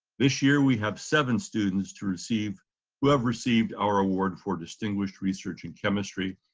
this year, we have seven students to receive who have received our award for distinguished research in chemistry.